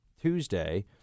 Tuesday